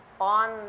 on